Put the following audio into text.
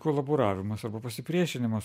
kolaboravimas arba pasipriešinimas